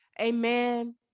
Amen